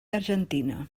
argentina